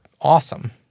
awesome